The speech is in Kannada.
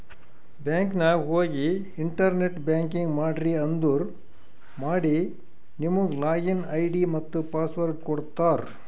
ಬ್ಯಾಂಕ್ ನಾಗ್ ಹೋಗಿ ಇಂಟರ್ನೆಟ್ ಬ್ಯಾಂಕಿಂಗ್ ಮಾಡ್ರಿ ಅಂದುರ್ ಮಾಡಿ ನಿಮುಗ್ ಲಾಗಿನ್ ಐ.ಡಿ ಮತ್ತ ಪಾಸ್ವರ್ಡ್ ಕೊಡ್ತಾರ್